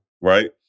right